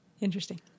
Interesting